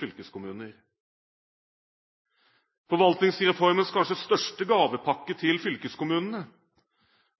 fylkeskommuner. Forvaltningsreformens kanskje største gavepakke til fylkeskommunene